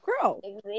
Grow